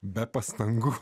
be pastangų